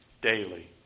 daily